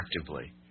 actively